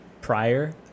prior